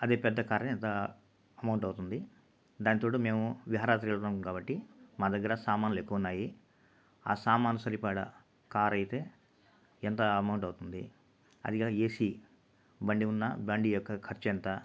అదే పెద్ద కార్ ఎంత అమౌంట్ అవుతుంది దానికితోడు మేము విహారయాత్రకు వెళ్దాం కాబట్టి మా దగ్గర సామానులు ఎక్కువ ఉన్నాయి ఆ సామానులకు సరిపడ కార్ అయితే ఎంత అమౌంట్ అవుతుంది అదిగా ఏసీ బండి ఉన్న బండి యొక్క ఖర్చు ఎంత